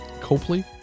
Copley